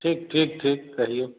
ठीक ठीक ठीक कहियौ